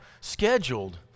scheduled